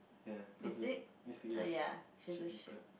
ya cause the Mstique ya Shapeshifter